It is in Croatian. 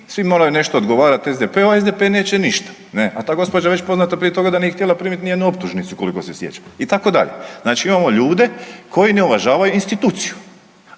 svi moraju nešto odgovarati SDP-u, a SDP neće ništa. A ta gospođa je već poznata prije toga da nije htjela primiti nijednu optužnicu koliko se sjećam itd. Znači imamo ljude koji ne uvažavaju instituciju,